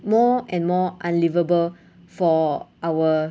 more and more unlivable for our